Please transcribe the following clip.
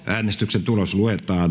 äänestyksen tulos luetaan